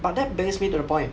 but that brings me to the point